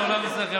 החדש),